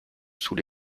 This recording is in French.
sous